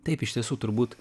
taip iš tiesų turbūt